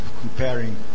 comparing